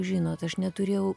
žinot aš neturėjau